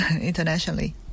internationally